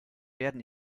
werden